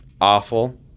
awful